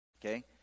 okay